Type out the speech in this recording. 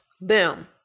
Boom